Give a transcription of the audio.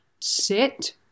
sit